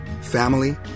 family